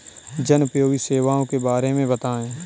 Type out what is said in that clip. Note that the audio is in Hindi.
जनोपयोगी सेवाओं के बारे में बताएँ?